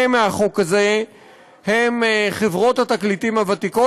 מהחוק הזה הוא חברות התקליטים הוותיקות,